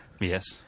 Yes